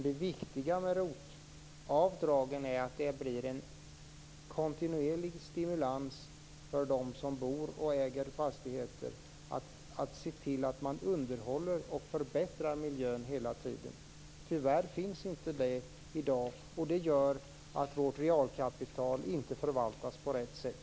Det viktiga med ROT-avdragen är att det blir en kontinuerlig stimulans för dem som bor i fastigheter de äger att se till att underhålla och förbättra miljön hela tiden. Tyvärr finns det inte i dag. Det gör att vårt realkapital inte förvaltas på rätt sätt.